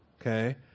okay